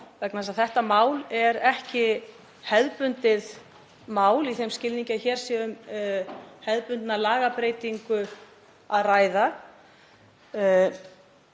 þess að það er ekki hefðbundið mál í þeim skilningi að hér sé um hefðbundna lagabreytingu að ræða.